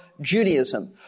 Judaism